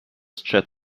chat